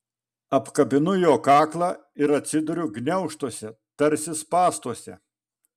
apkabinu jo kaklą ir atsiduriu gniaužtuose tarsi spąstuose